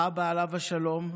אביו, עליו השלום,